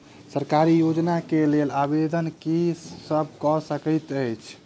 सरकारी योजना केँ लेल आवेदन केँ सब कऽ सकैत अछि?